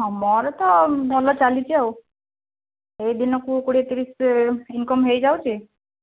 ହଁ ମୋର ତ ଭଲ ଚାଲିଛି ଆଉ ଏଇ ଦିନକୁ କୋଡ଼ିଏ ତିରିଶ ଇନକମ୍ ହେଇଯାଉଛି